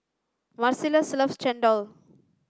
marcellus loves chendol